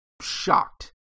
shocked